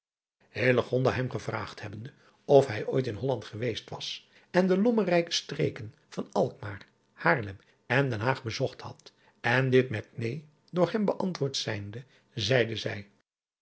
hem gevraagd hebbende of hij ooit in olland geweest was en de lommerrijke streken van lkmaar aarlem en den aag bezocht had en dit met neen door hem beantwoord zijnde zeide zij